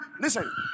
listen